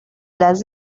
does